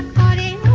body